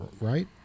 right